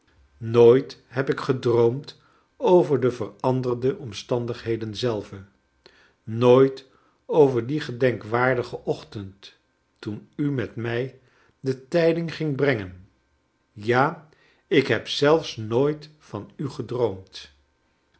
nooit heb ik gedroomd over de veranderde omstandigheden zelve nooit over dien gedenkwaardigen ochtend toen u met mij de tijding gingt brengen ja ik heb zelfs nooit van u gedroomd